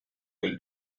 will